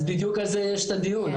אז בדיוק על זה יש את הדיון,